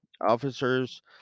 Officers